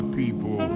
people